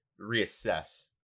reassess